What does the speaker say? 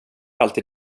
alltid